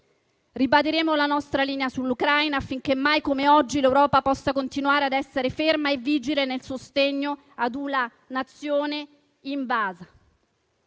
Ribadiremo la nostra linea sull'Ucraina affinché, mai come oggi, l'Europa possa continuare ad essere ferma e vigile nel sostegno ad una Nazione invasa.